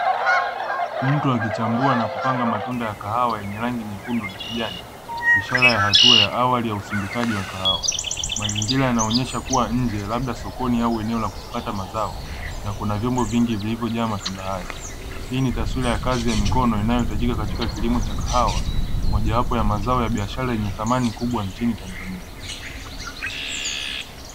Mtu akichambua na kupanga matunda ya kahawa yenye rangi nyekundu na kijani, ishara ya hatua ya awali ya usindikaji wa kahawa. Mazingira yanaonyesha kuwa nje labda sokoni au eneo la kuchakata mazao na kuna vyombo vingi vilivyojaa matunda hayo. Hii ni taswira ya kazi ya mikono inayohitajika katika kilimo cha kahawa, mojawapo ya mazao ya biashara yenye thamani kubwa nchini Tanzania.